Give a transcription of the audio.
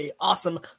awesome